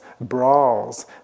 brawls